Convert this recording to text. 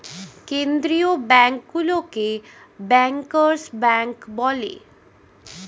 কেন্দ্রীয় ব্যাঙ্কগুলোকে bankers bank বলে